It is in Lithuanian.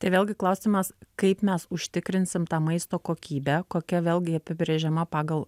tai vėlgi klausimas kaip mes užtikrinsim tą maisto kokybę kokia vėlgi apibrėžiama pagal